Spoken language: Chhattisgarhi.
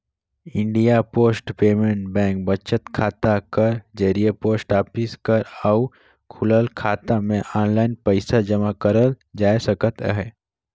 इंडिया पोस्ट पेमेंट बेंक बचत खाता कर जरिए पोस्ट ऑफिस कर अउ खुलल खाता में आनलाईन पइसा जमा करल जाए सकत अहे